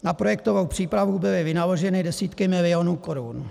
Na projektovou přípravu byly vynaloženy desítky milionů korun.